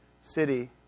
city